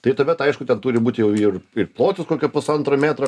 tai tuomet aišku ten turi būt jau ir ir plotis kokio pusantro metro